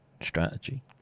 strategy